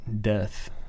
death